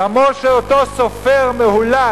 דמו של אותו סופר מהולל,